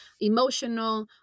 emotional